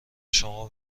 شما